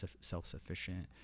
self-sufficient